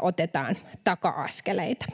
otetaan taka-askeleita.